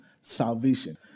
salvation